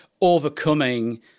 overcoming